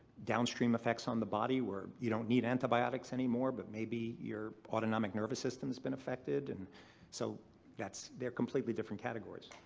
downstream effects on the body where you don't need antibiotics anymore, but maybe your autonomic nervous system has been affected. and so they're completely different categories.